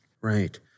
Right